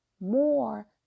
more